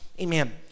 Amen